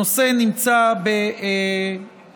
הנושא נמצא בדיון,